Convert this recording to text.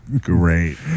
Great